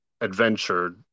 adventure